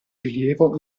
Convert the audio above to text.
rilievo